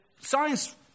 science